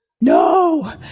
No